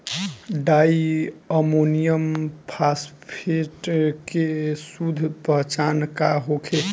Di ammonium phosphate के शुद्ध पहचान का होखे?